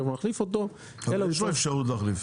ומחליף אותו -- ברור שאפשר עוד להחליף.